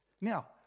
Now